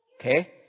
Okay